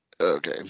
Okay